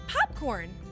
popcorn